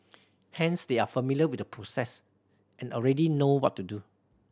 hence they are familiar with the process and already know what to do